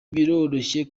biroroshye